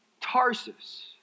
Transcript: Tarsus